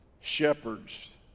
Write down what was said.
Shepherds